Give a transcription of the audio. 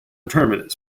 terminus